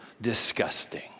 Disgusting